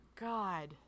God